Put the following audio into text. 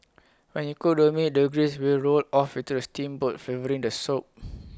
when you cook the meats the grease will roll off into A steamboat flavouring the soup